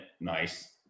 Nice